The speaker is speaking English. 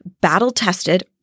battle-tested